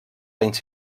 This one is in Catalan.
anys